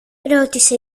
ρώτησε